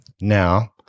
Now